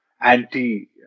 anti